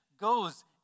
goes